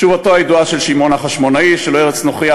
תשובתו הידועה של שמעון החשמונאי: "לא ארץ נוכרייה